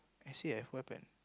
actually have what happened